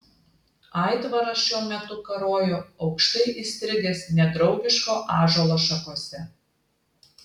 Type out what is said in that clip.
aitvaras šiuo metu karojo aukštai įstrigęs nedraugiško ąžuolo šakose